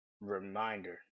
Reminder